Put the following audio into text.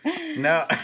No